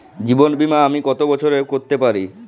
জীবন বীমা আমি কতো বছরের করতে পারি?